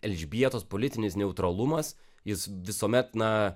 elžbietos politinis neutralumas jis visuomet na